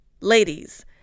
ladies